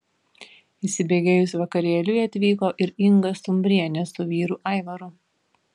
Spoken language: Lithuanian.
įsibėgėjus vakarėliui atvyko ir inga stumbrienė su vyru aivaru